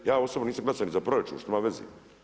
Ja osobno nisam glasao ni za proračun, šta ima veze.